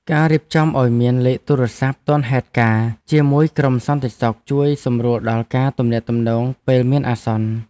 ការរៀបចំឱ្យមានលេខទូរស័ព្ទទាន់ហេតុការណ៍ជាមួយក្រុមសន្តិសុខជួយសម្រួលដល់ការទំនាក់ទំនងពេលមានអាសន្ន។